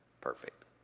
perfect